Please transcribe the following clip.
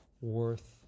worth